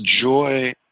joy